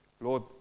Lord